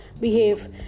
behave